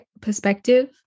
perspective